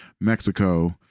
Mexico